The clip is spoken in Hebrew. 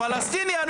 אין עם פלסטיני.